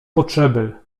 potrzeby